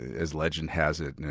as legend has it,